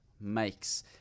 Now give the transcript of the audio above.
makes